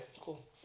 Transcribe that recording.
Cool